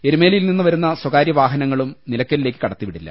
എരുമേലിയിൽ നിന്ന് വരുന്ന സ്വകാര്യവാഹനങ്ങളും നിലക്കലി ലേക്ക് കടത്തിവിടില്ല